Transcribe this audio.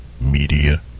Media